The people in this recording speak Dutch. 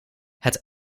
het